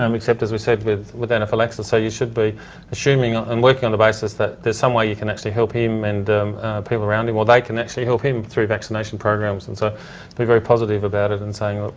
um except, as we said, with with anaphylaxis. so you should be assuming and working on the basis that there's some way you can actually help him and people around him. or they can actually help him through vaccination programs. and so be very positive about it and say,